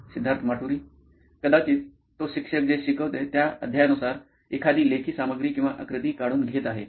सिद्धार्थ माटुरी मुख्य कार्यकारी अधिकारी नॉइन इलेक्ट्रॉनिक्स कदाचित तो शिक्षक जे शिकवते त्या अध्यायानुसार एखादी लेखी सामग्री किंवा आकृती काढून घेत आहे